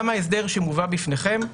גם ההסדר שמובא בפניכם,